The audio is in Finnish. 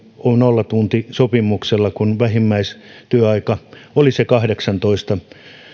sillä nollatuntisopimuksella kun vähimmäistyöaika olisi ollut se kahdeksantoista